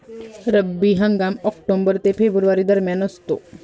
रब्बी हंगाम ऑक्टोबर ते फेब्रुवारी दरम्यान असतो